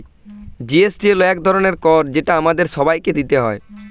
GST হল এক ধরনের কর যেটা আমাদের সবাইকে দিতে হয়